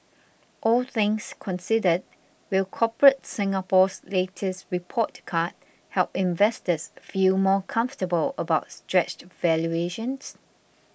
all things considered will Corporate Singapore's latest report card help investors feel more comfortable about stretched valuations